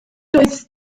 doedd